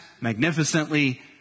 magnificently